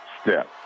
step